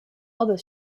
other